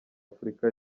afurika